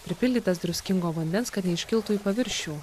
pripildytas druskingo vandens kad neiškiltų į paviršių